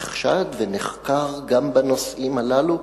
נחשד ונחקר גם בנושאים הללו,